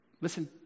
Listen